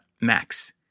Max